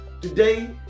Today